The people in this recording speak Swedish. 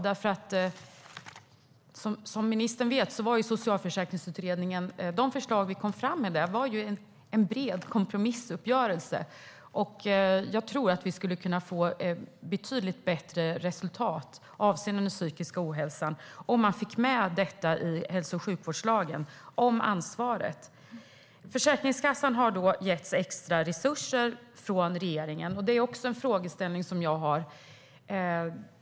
Som ministern vet var de förslag som vi i Socialförsäkringsutredningen kom fram med ett resultat av en bred kompromissuppgörelse, och jag tror att vi skulle kunna få ett betydligt bättre resultat avseende den psykiska ohälsan om man fick med detta om ansvaret i hälso och sjukvårdslagen. Försäkringskassan har getts extra resurser från regeringen. Där har jag också en frågeställning.